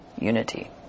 Unity